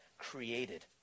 created